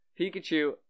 Pikachu